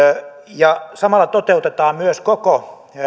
samalla toteutetaan myös